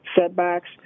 setbacks